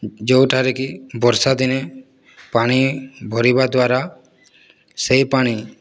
ଯେଉଁଠାରେକି ବର୍ଷାଦିନେ ପାଣି ଭରିବା ଦ୍ଵାରା ସେହି ପାଣି